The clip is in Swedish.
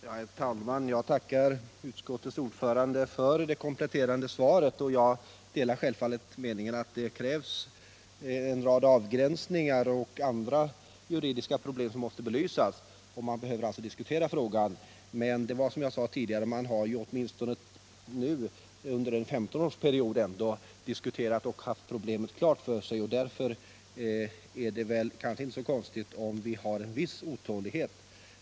Herr talman! Jag tackar utskottets ordförande för det kompletterande svaret. Jag delar självfallet meningen att det krävs en rad avgränsningar, ävensom belysning av andra juridiska problem. Man behöver alltså diskutera frågan. Men man har, som jag sade tidigare, nu åtminstone under en 15-årsperiod ändå diskuterat och haft problemet klart för sig. Därför är det kanske inte så konstigt om vi känner en viss otålighet.